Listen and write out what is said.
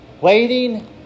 Waiting